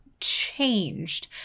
changed